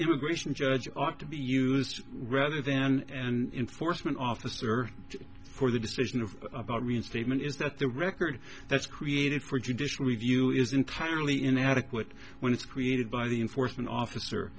immigration judge ought to be used rather than and enforcement officer for the decision of about reinstatement is that the record that's created for judicial review is entirely inadequate when it's created by the enforcement officer